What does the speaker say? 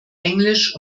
englisch